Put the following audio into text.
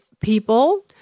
people